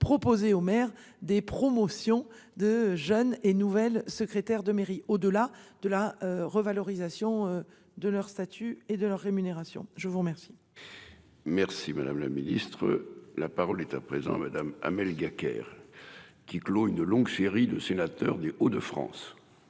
proposer aux maires des promotions de jeunes et nouvelle secrétaire de mairie. Au-delà de la revalorisation de leur statut et de leur rémunération. Je vous remercie. Merci madame la ministre. La parole est à présent madame Amel Gacquerre. Qui clôt une longue série de sénateur du haut de France.